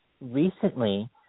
recently